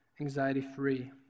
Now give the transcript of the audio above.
anxiety-free